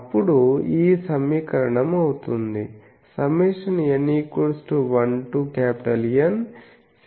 అప్పుడు ఈ సమీకరణం అవుతుంది